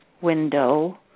window